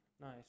Nice